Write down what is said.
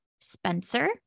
Spencer